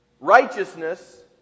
righteousness